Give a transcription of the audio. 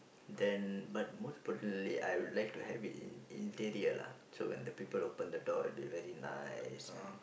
then but most personally I would like to have it in interior lah so when the people open the door will be very nice and